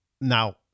now